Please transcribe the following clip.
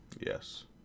Yes